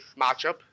matchup